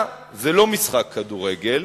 לא עם המקור,